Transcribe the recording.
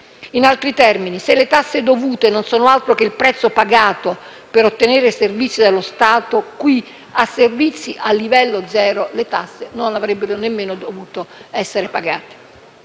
In altri termini, se le tasse dovute non sono altro che il prezzo pagato per ottenere servizi dallo Stato, qui a servizi a livello zero le tasse non le avrebbero dovute nemmeno pagare.